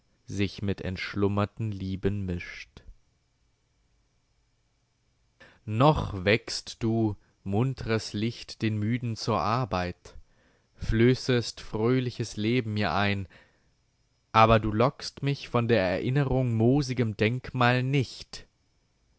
sich mit entschlummerten lieben mischt noch weckst du muntres licht den müden zur arbeit flößest fröhliches leben mir ein aber du lockst mich von der erinnerung moosigem denkmal nicht